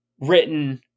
written